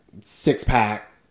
six-pack